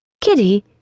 Kitty